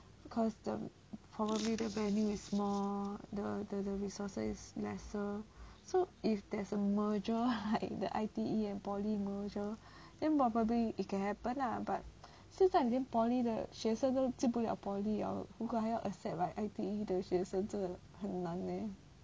cause probably the venue is more the the resources is lesser so if there's a merger like the I_T_E and poly merger then probably it can happen lah but 现在已经连 poly 的学生都进不了 poly liao 如果还要 accept like I_T_E 的学生真的很难 leh